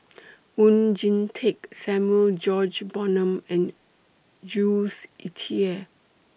Oon Jin Teik Samuel George and Jules Itier